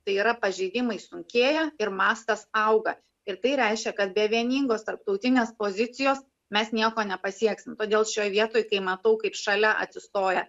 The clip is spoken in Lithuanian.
tai yra pažeidimai sunkėja ir mastas auga ir tai reiškia kad be vieningos tarptautinės pozicijos mes nieko nepasieksim todėl šioj vietoj kai matau kaip šalia atsistoja